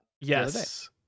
Yes